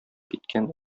киткән